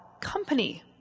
company